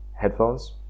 headphones